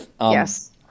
Yes